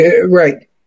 Right